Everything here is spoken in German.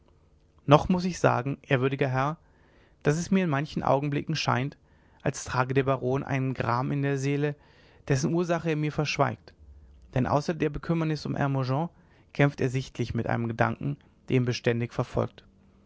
noch muß ich sagen ehrwürdiger herr daß es mir in manchen augenblicken scheint als trage der baron einen gram in der seele dessen ursache er mir verschweigt denn außer der bekümmernis um hermogen kämpft er sichtlich mit einem gedanken der ihn beständig verfolgt